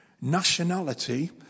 nationality